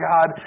God